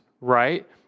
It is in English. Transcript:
right